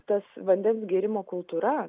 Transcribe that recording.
tas vandens gėrimo kultūra